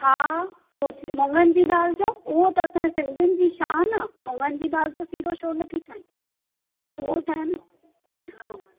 हा सूजी मुंङनि जी दालि जो उहो त असांजे सिंधियुनि जी शान आहे मुंङनि जी दालि जो सिरो छो नथी ठाहे उहो ठाहे न हा